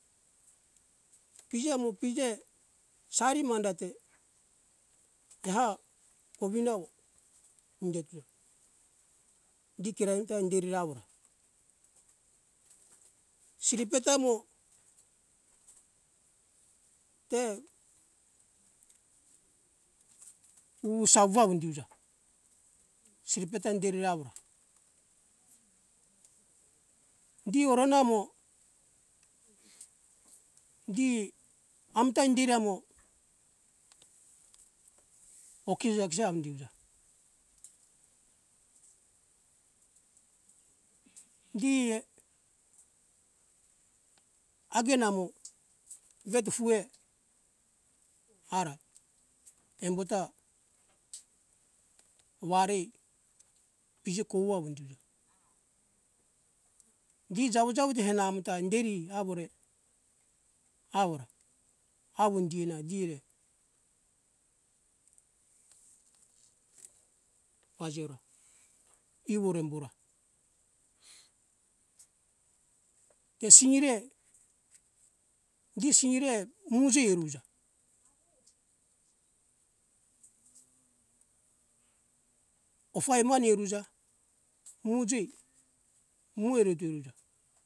Pije amo pije sari mandate teha kowin awo ingeto gikira emta indire awo siripetamo te usawa indi euja siripeta inderi awora di oronamo di amta indi ramo okisa jakisa amdi euja di agen namo vetu fue ara embo ta warai pije kouwa indi euja gi jawo te hena amta inderi awore awore awo indiena di re pajiora iwo embo ra tesire gisire muji eru euja ofa eman iruja muji mu ereto iruja